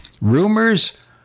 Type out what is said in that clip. rumors